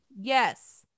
Yes